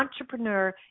entrepreneur